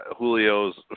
Julio's